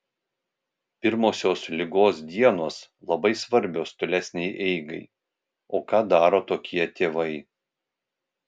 pirmosios ligos dienos labai svarbios tolesnei eigai o ką daro tokie tėvai